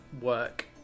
work